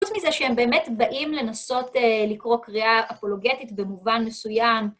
חוץ מזה שהם באמת באים לנסות אה... לקרוא קריאה אפולוגנית במובן מסוים.